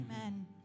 Amen